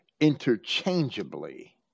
interchangeably